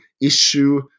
issue